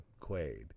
Quaid